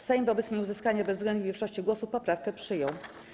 Sejm wobec nieuzyskania bezwzględnej większości głosów poprawkę przyjął.